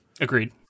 Agreed